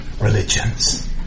religions